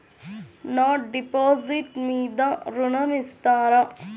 నా డిపాజిట్ మీద ఋణం ఇస్తారా?